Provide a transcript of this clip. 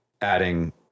adding